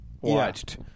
watched